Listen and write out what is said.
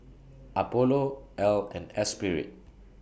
Apollo Elle and Espirit